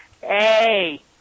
Hey